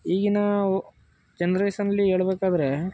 ಈಗಿನ ಜನ್ರೇಸನಲ್ಲಿ ಹೇಳ್ಬೇಕಾದ್ರೆ